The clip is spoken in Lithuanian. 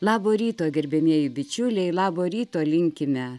labo ryto gerbiamieji bičiuliai labo ryto linkime